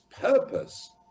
purpose